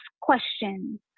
questions